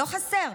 לא חסר.